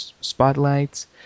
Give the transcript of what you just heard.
spotlights